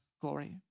glory